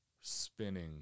spinning